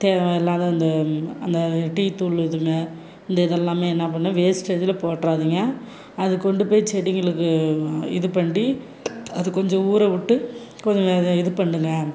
தேவையில்லாத இந்த அந்த டீ தூள் இதுங்க இந்த இதெல்லாம் என்ன பண்ணும் வேஸ்டேஜில் போடுறாதீங்க அதை கொண்டு போய் செடிங்களுக்கு இது பண்ணி அது கொஞ்சம் ஊற விட்டு கொஞ்சம் இது பண்ணுங்க